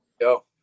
go